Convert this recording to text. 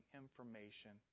information